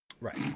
Right